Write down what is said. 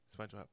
SpongeBob